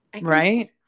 Right